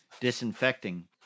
disinfecting